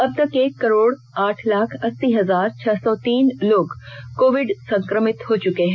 अब तक एक करोड आठ लाख अस्सी हजार छह सौ तीन लोग कोविड संक्रमित हो चुके हैं